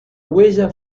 huella